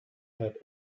had